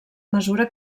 mesura